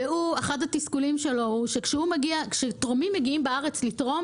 אחד התסכולים שלו הוא שכשתורמים מגיעים לארץ לתרום